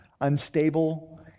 unstable